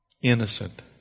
innocent